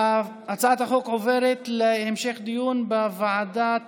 הצעת החוק עוברת להמשך דיון בוועדת